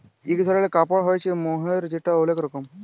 ইক ধরলের কাপড় হ্য়চে মহের যেটা ওলেক লরম